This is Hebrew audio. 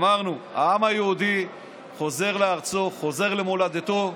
אמרנו: העם היהודי חוזר לארצו, חוזר למולדתו,